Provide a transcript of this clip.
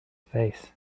face